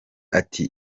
ati